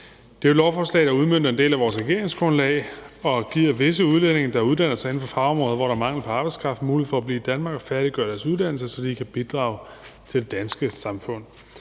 Det er jo et lovforslag, der udmønter en del af vores regeringsgrundlag og giver visse udlændinge, der uddanner sig inden for fagområder, hvor der er mangel på arbejdskraft, mulighed for at blive i Danmark og færdiggøre deres uddannelse, så de kan bidrage til det danske samfund.